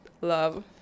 love